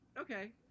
Okay